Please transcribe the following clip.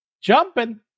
Jumping